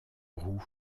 roux